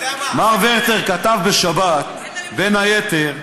מר ורטר כתב בשבת, בין היתר,